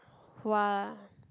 who are